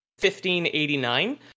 1589